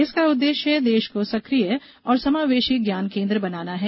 इसका उद्देश्य देश को सक्रिय और समावेशी ज्ञान केन्द्र बनाना है